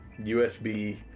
USB